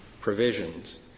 provisions